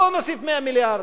בואו נוסיף 100 מיליארד.